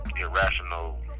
irrational